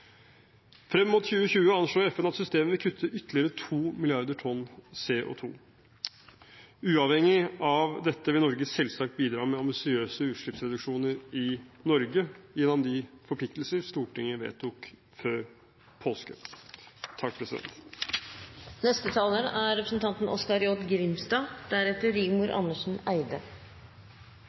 Frem mot 2020 anslår FN at systemet vil kutte ytterligere 2 milliarder tonn CO2. Uavhengig av dette vil Norge selvsagt bidra med ambisiøse utslippsreduksjoner i Norge gjennom de forpliktelser Stortinget vedtok før påske. Som andre har vore inne på, er